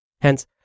Hence